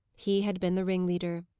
he had been the ringleader.